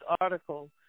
article